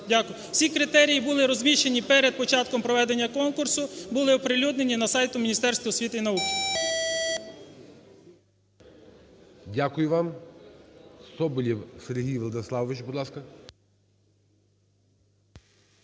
Всі критерії були розміщені перед початком проведення конкурсу, були оприлюднені на сайті Міністерства освіти і науки.